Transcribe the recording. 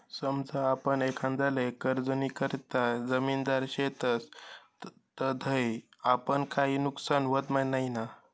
समजा आपण एखांदाले कर्जनीकरता जामिनदार शेतस तधय आपलं काई नुकसान व्हत नैना?